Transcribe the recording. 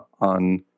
on